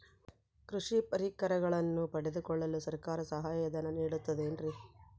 ಕೃಷಿ ಪರಿಕರಗಳನ್ನು ಪಡೆದುಕೊಳ್ಳಲು ಸರ್ಕಾರ ಸಹಾಯಧನ ನೇಡುತ್ತದೆ ಏನ್ರಿ?